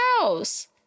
house